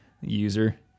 user